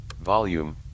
Volume